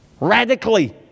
Radically